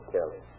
Kelly